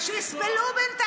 לא חייבים.